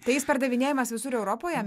tai jis pardavinėjamas visur europoje